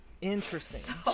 interesting